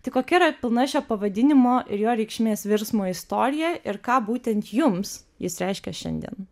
tai kokia yra pilna šio pavadinimo ir jo reikšmės virsmo istorija ir ką būtent jums jis reiškia šiandien